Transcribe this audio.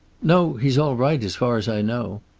no. he's all right, as far as i know.